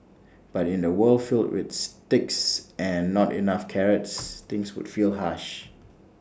but in A world filled with sticks and not enough carrots things would feel harsh